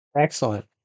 Excellent